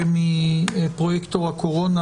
אבקש מפרויקטור הקורונה,